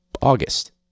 August